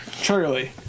Charlie